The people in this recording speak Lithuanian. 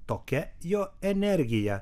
tokia jo energija